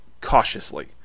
cautiously